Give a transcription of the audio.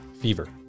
fever